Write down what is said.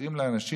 ולהחרים לאנשים.